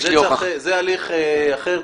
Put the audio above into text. זה הליך אחר.